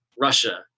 Russia